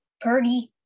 Purdy